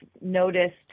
noticed